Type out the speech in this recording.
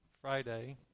Friday